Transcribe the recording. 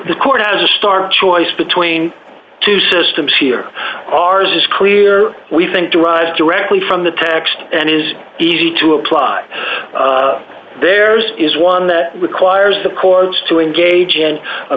the court has a stark choice between two systems here ours is clear we think derives directly from the text and is easy to apply there's is one that requires the courts to engage and a